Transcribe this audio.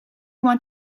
want